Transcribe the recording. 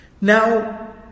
Now